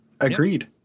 Agreed